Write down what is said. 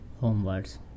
homewards